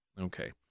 okay